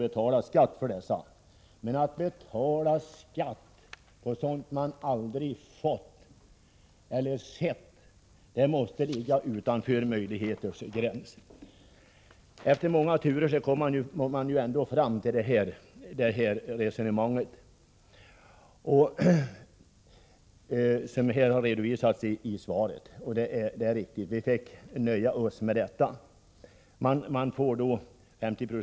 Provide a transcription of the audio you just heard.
Men det måste ligga utanför möjligheternas gräns att ålägga något att betala skatt på pengar som vederbörande aldrig har fått eller sett. Efter många turer kom man ändå fram till det resonemang som har redovisats i svaret. Det är riktigt att vi fick nöja oss med det beslut som fattades.